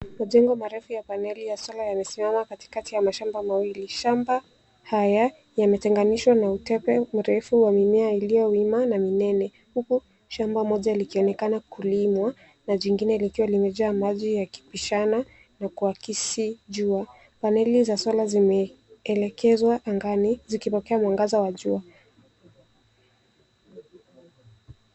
Majengo marefu ya paneli ya sola yamesimama katikati ya mashamba mawili. Shamba haya, yametenganishwa na utepe mrefu wa mimea iliyowima na minene, huku shamba moja likionekana kulimwa, na jingine likiwa limejaa maji yakibishana, na kuakisi jua. Paneli za sola zimeelekezwa angani, zikipokea mwangaza wa jua.